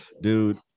Dude